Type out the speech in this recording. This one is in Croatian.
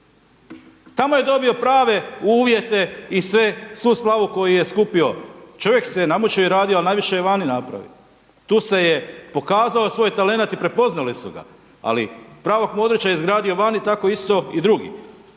Tamo je dobio prave uvjete i sve, svu slavu koju je skupio, čovjek se namučio i radio, ali najviše je vani napravio. Tu se je pokazao svoj talent i prepoznali su ga, ali pravog Modrića izgradio vani, tako isto i drugi.